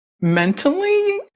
mentally